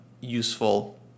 useful